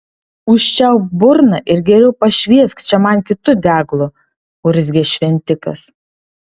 užčiaupk burną ir geriau pašviesk čia man kitu deglu urzgė šventikas